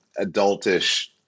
adultish